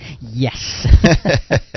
Yes